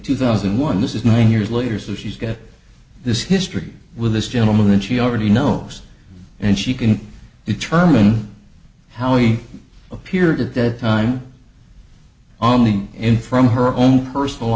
two thousand and one this is nine years later so she's got this history with this gentleman she already knows and she can determine how he appeared at that time only in from her own personal